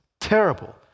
terrible